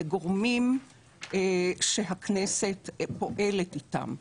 לגורמים שהכנסת פועלת איתם.